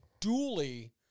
dually